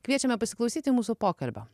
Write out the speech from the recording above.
kviečiame pasiklausyti mūsų pokalbio